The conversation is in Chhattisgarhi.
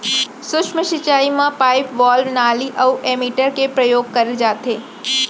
सूक्ष्म सिंचई म पाइप, वाल्व, नाली अउ एमीटर के परयोग करे जाथे